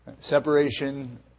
Separation